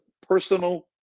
personal